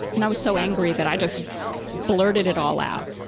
and i was so angry that i just blurted it all out,